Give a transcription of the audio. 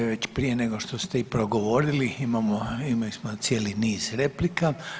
Prije nego što ste i progovorili imali smo cijeli niz replika.